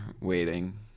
waiting